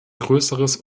größeres